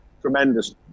tremendous